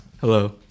Hello